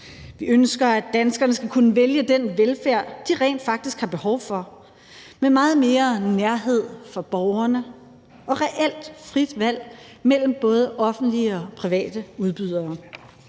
Vi ønsker, at danskerne skal kunne vælge den velfærd, de rent faktisk har behov for, med meget mere nærhed for borgerne og reelt frit valg mellem både offentlige og private udbydere.